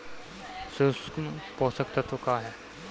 सूक्ष्म पोषक तत्व का ह?